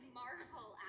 marvel